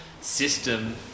system